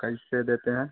कैसे देते हैं